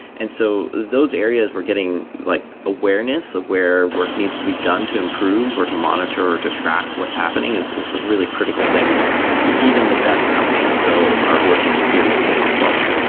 and so those areas were getting like awareness of where work needs to be done to improve or to monitor or to track what's happening is is a really critical thing that even the best companies still are working furiously on solving.